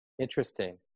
Interesting